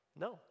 no